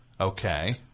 Okay